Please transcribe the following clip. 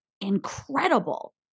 incredible